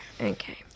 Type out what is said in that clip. okay